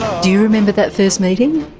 do you remember that first meeting?